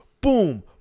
boom